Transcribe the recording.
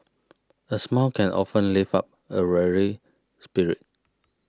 a smile can often lift up a weary spirit